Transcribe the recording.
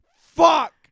Fuck